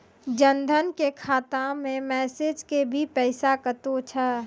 जन धन के खाता मैं मैसेज के भी पैसा कतो छ?